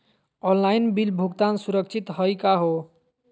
Online bill भुगतान सुरक्षित हई का हो?